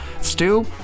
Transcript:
Stu